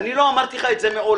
ואני לא אמרתי לך את זה מעולם.